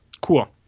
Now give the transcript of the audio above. Cool